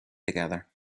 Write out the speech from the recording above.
together